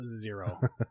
zero